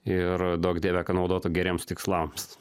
ir duok dieve kad naudotų geriems tikslams